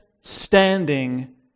standing